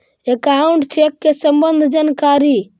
Account check के सम्बन्ध जानकारी?